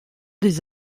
des